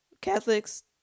Catholics